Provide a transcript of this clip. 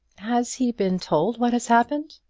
has he been told what has happened?